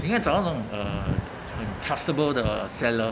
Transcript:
你要找一种 uh twi~ trustable 的 seller